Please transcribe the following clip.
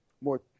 more